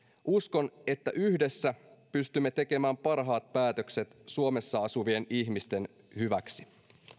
uskon että yhdessä pystymme tekemään parhaat päätökset suomessa asuvien ihmisten hyväksi